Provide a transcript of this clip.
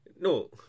No